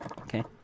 Okay